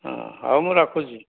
ହଁ ହଉ ମୁଁ ରଖୁଛି